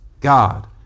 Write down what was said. god